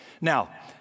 Now